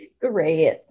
great